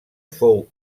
fou